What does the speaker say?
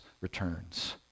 returns